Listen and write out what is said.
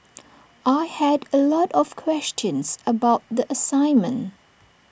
I had A lot of questions about the assignment